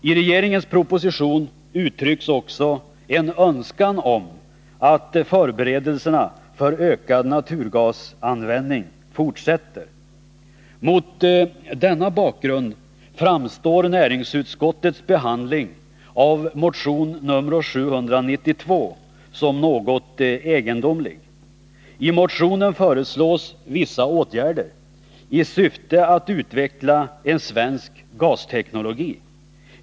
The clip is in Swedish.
I regeringens proposition uttrycks också en önskan om att förberedelserna för ökad naturgasanvändning fortsätter. Mot denna bakgrund framstår näringsutskottets behandling av motion nr 792 som något egendomlig. I motionen föreslås vissa åtgärder i syfte att utveckla en svensk gasteknologi.